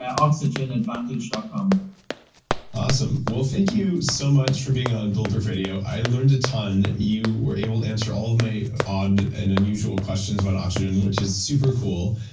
oxygenadvantage dot com awesome, well thank you so much for being on ah and bulletproof radio. i learned a ton. you were able to answer all of my odd and unusual questions about oxygen, which is super cool.